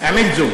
(אומר דברים